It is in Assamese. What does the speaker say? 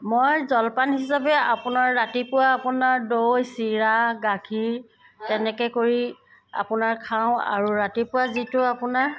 মই জলপান হিচাপে আপোনাৰ ৰাতিপুৱা আপোনাৰ দৈ চিৰা গাখীৰ তেনেকৈ কৰি আপোনাৰ খাওঁ আৰু ৰাতিপুৱা যিটো আপোনাৰ